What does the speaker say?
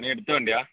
നീ എടുത്ത വണ്ടിയാണോ